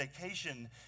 vacation